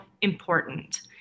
important